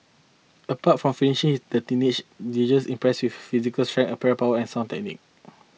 apart from finishing the teenager impressed with his physical strength aerial power and sound technique